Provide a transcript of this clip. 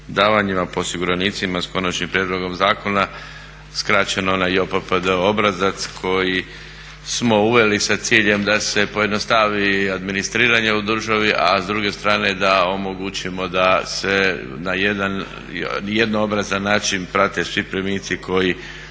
davanjima po osiguranicima s konačnim prijedlogom zakona, skraćeno onaj JOPPD obrazac koji smo uveli sa ciljem da se pojednostavi administriranje u državi, a s druge strane da omogućimo da se na jedan jednoobrazan način prate svi primici koji